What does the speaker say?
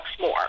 more